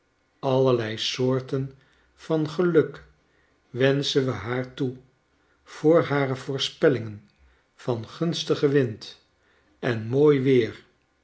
allerlei soorten van geluk wenschen we haar toe voor hare voorspellingen van gunstigen wind en mooi weer